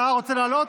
אתה רוצה לעלות?